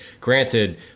Granted